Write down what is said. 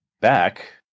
back